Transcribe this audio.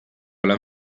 alla